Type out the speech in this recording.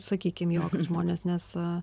sakykim jo kad žmonės nes